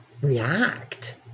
react